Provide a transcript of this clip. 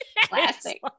Classic